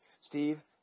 Steve